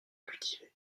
cultivées